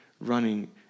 running